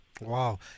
Wow